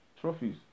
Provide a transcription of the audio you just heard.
trophies